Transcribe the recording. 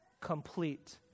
complete